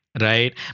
right